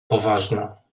poważna